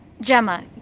Gemma